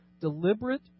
deliberate